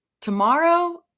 tomorrow